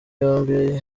yombi